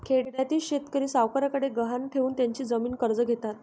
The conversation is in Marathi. खेड्यातील शेतकरी सावकारांकडे गहाण ठेवून त्यांची जमीन कर्ज घेतात